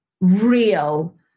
real